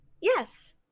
Yes